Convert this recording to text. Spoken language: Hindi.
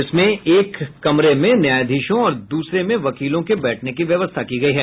इसमें एक कमरे में न्यायाधीशों और दूसरे में वकीलों के बैठने की व्यवस्था की गई है